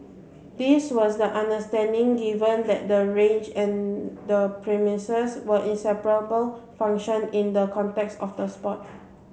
this was the understanding given that the range and the premises were inseparable function in the context of the sport